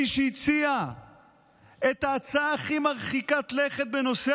מי שהציע את ההצעה הכי מרחיקת לכת בנושא